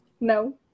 no